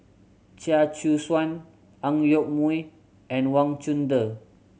Chia Choo Suan Ang Yoke Mooi and Wang Chunde